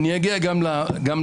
אני אגיע גם לוועדה.